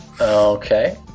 okay